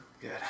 Good